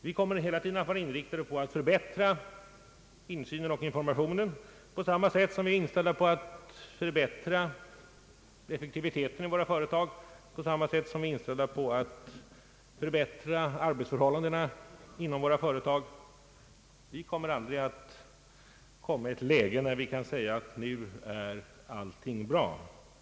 Vi kommer hela tiden att vara inriktade på att förbättra insynen och informationen på samma sätt som vi är inställda på att förbättra effektiviteten och arbetsförhållandena inom våra företag. Vi kommer aldrig att hamna i ett läge, där vi kan säga att nu är allting bra.